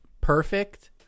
perfect